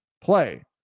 play